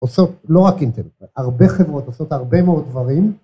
עושות, לא רק אינטרנט, הרבה חברות עושות הרבה מאוד דברים.